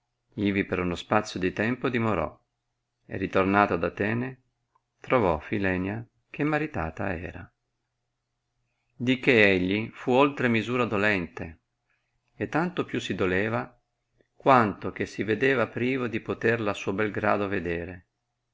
ivi per un spazio di tempo dimorò e ritornato ad atene trovò filenia che maritata era di che egli fu oltre misura dolente e tanto più si doleva quanto che si vedeva privo di poterla a suo bel grado vedere